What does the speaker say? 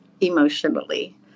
emotionally